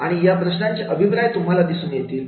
आणि या प्रश्नांचे अभिप्राय तुम्हाला दिसून येतील